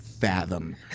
fathom